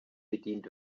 bedient